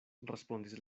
respondis